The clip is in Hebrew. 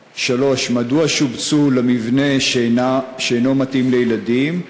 3. מדוע שובצו למבנה שאינו מתאים לילדים?